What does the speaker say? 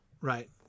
right